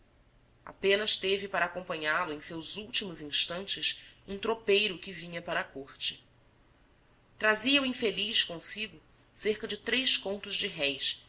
apenas teve para acompanhá-lo em seus últimos instantes um tropeiro que vinha para a corte trazia o infeliz consigo cerca de três contos de réis